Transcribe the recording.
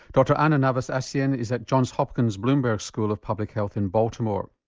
dr ana navas-acien is at johns hopkins bloomberg school of public health in baltimore.